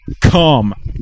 come